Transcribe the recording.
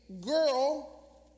girl